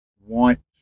want